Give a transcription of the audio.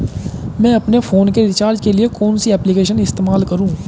मैं अपने फोन के रिचार्ज के लिए कौन सी एप्लिकेशन इस्तेमाल करूँ?